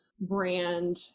brand